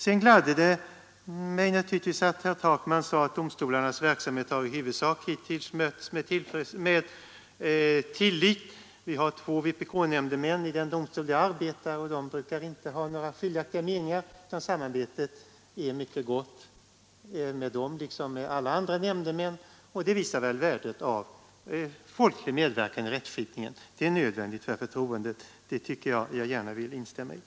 Det gladde mig naturligtvis när herr Takman sade att domstolarnas verksamhet hittills i huvudsak har mötts med tillit. Vi har två vpk-nämndemän i den domstol där jag arbetar, och de brukar inte ha några skiljaktiga meningar, utan samarbetet är mycket gott med dem liksom med alla andra nämndemän. Detta visar väl värdet av folklig medverkan i rättsskipningen. Det är nödvändigt för förtroendet, det vill jag gärna instämma i.